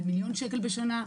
על מיליון שקל בשנה,